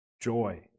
joy